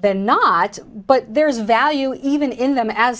than not but there is value even in them as